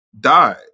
died